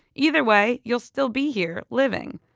either way, you'll still be here, living.